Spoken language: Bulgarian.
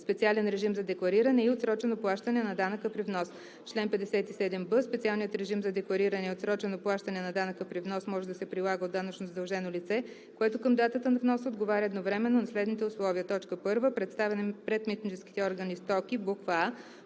„Специален режим за деклариране и отсрочено плащане на данъка при внос Чл. 57б. Специалният режим за деклариране и отсрочено плащане на данъка при внос може да се прилага от данъчно задължено лице, което към датата на вноса отговаря едновременно на следните условия: 1. представя пред митническите органи стоки: а)